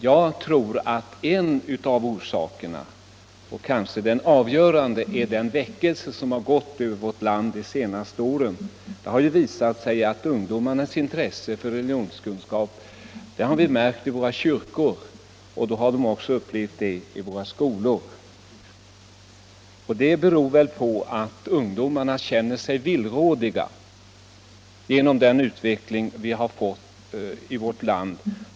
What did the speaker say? Jag tror att en av orsakerna — kanske den avgörande — är den väckelse som gått över vårt land de senaste åren. Det har visat sig att ungdomarnas intresse för religionskunskap ökat. Det har vi märkt i våra kyrkor och även upplevt i våra skolor. Det beror på att ungdomarna känner sig villrådiga på grund av den utveckling vi har i vårt land.